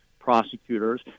prosecutors